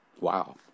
Wow